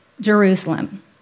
Jerusalem